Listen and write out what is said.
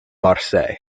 marseille